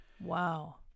Wow